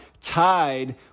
tied